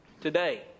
today